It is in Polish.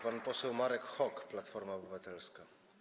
Pan poseł Marek Hok, Platforma Obywatelska.